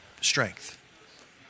strength